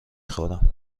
خورم